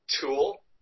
tool